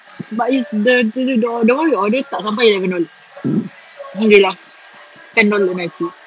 but it's the the the the one we ordered tak sampai eleven doll~ alhamdulillah ten dollar ninety